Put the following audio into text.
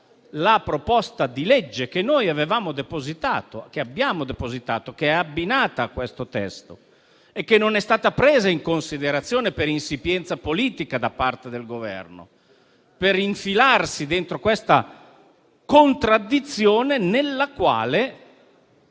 la proposta di legge che abbiamo depositato e che è abbinata al testo in esame, la quale non è stata presa in considerazione per insipienza politica da parte del Governo, per infilarsi dentro questa contraddizione nella quale